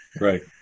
Right